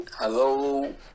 Hello